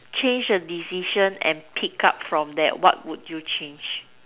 change a decision and pick up from there what would you change